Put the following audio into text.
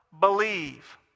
Believe